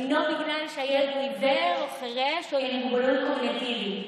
אינו בגלל שהילד הוא עיוור או חירש או עם מוגבלות קוגניטיבית,